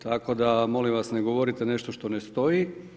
Tako da molim vas ne govorite nešto što ne stoji.